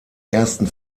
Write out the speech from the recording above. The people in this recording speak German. ersten